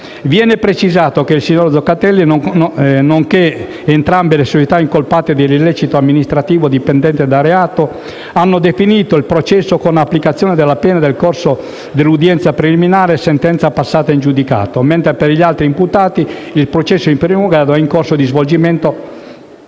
Viene precisato che il signor Zoccatelli nonché entrambe le società incolpate dell'illecito amministrativo dipendente da reato hanno definito il processo con applicazione della pena nel corso dell'udienza preliminare (sentenza passata in giudicato), mentre per gli altri imputati il processo di primo grado è in corso di svolgimento